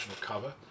cover